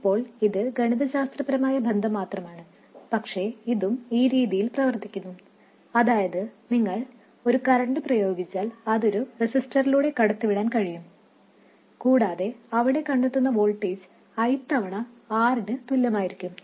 ഇപ്പോൾ ഇത് ഗണിതശാസ്ത്രപരമായ ബന്ധം മാത്രമാണ് പക്ഷേ ഇതും ഈ രീതിയിൽ പ്രവർത്തിക്കുന്നു അതായത് നിങ്ങൾ ഒരു കറന്റ് പ്രയോഗിച്ചാൽ അതൊരു റെസിസ്റ്ററിലൂടെ കടത്തിവിടാൻ കഴിയും കൂടാതെ അവിടെ കണ്ടെത്തുന്ന വോൾട്ടേജ് I R നു തുല്യമായിരിക്കും